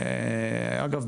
אגב,